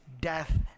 death